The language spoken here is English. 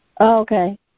Okay